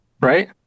Right